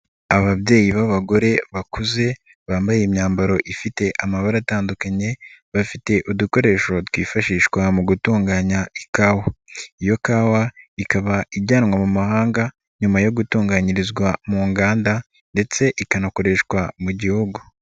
Ababyeyi b'abagore bakuze bambaye imyambaro ifite amabara atandukanye bafite udukoresho twifashishwa mu gutunganya ikawa, iyo kawa ikaba ijyanwa mu mahanga nyuma yo gutunganyirizwa mu nganda ndetse ikanakoreshwa mu Gihugu.